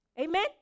Amen